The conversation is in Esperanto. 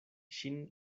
ŝin